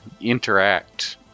interact